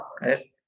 right